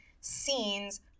scenes